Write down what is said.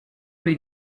did